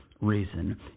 reason